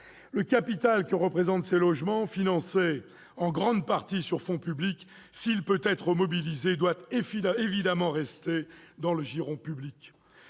Le capital que représentent ces logements, financés en grande partie sur fonds publics, s'il peut être mobilisé, doit évidemment rester dans le giron public.